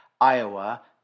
Iowa